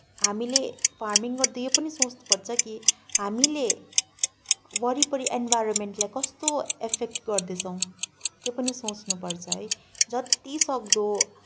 हामीले फार्मिङ गर्दा यो पनि सोच्नपर्छ कि हामीले वरिपरि इन्भारोमेन्टलाई कस्तो एफेक्ट गर्दैछौँ त्यो पनि सोच्नपर्छ है जति सक्दो